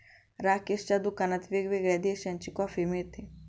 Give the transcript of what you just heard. राकेशच्या दुकानात वेगवेगळ्या देशांची कॉफी मिळते